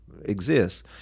exists